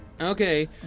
Okay